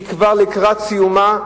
והיא כבר לקראת סיומה,